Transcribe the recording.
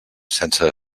sense